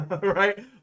Right